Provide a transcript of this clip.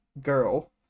girl